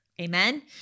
Amen